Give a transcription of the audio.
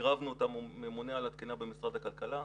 עירבנו את הממונה על התקינה במשרד הכלכלה,